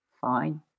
fine